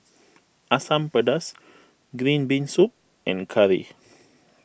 Asam Pedas Green Bean Soup and Curry